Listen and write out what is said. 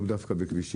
לאו דווקא בכבישים,